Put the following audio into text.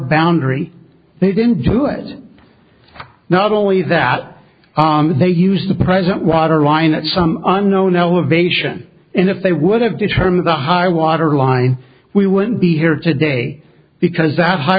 boundary they didn't do it not only that they use the present water line at some unknown elevation and if they would have determined the high water line we wouldn't be here today because that high